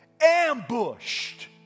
ambushed